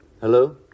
Hello